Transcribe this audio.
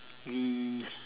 we